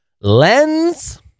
lens